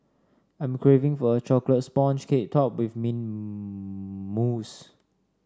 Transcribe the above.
I am craving for a chocolate sponge cake topped with mint mousse